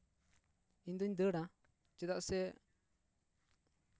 ᱤᱧ ᱫᱩᱧ ᱫᱟᱹᱲᱟ ᱪᱮᱫᱟᱜ ᱥᱮ